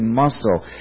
muscle